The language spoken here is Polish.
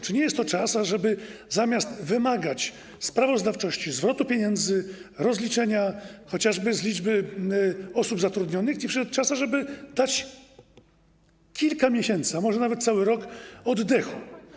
Czy nie jest to czas, żeby zamiast wymagać sprawozdawczości, zwrotu pieniędzy, rozliczenia się chociażby z liczby osób zatrudnionych, dać kilka miesięcy, a może nawet cały rok, oddechu?